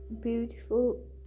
beautiful